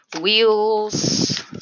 wheels